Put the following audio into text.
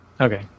Okay